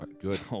Good